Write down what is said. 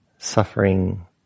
Suffering